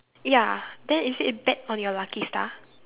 ya then is it back on your lucky star